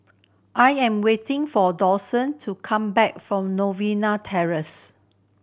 I am waiting for Douglas to come back from Novena Terrace